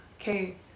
okay